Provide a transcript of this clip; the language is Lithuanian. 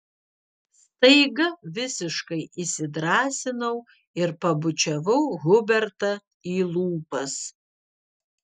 staiga visiškai įsidrąsinau ir pabučiavau hubertą į lūpas